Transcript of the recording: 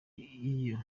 iyo